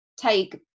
take